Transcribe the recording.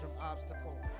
obstacle